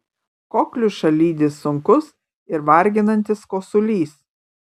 kokliušą lydi sunkus ir varginantis kosulys